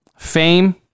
fame